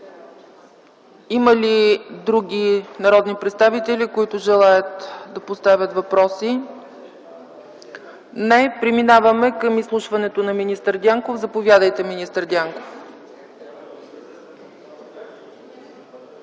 Има ли други народни представители, които желаят да поставят въпроси? Не. Преминаваме към изслушването на министър Дянков. Заповядайте, министър Дянков.